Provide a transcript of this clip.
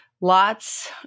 lots